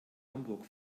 hamburg